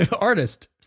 artist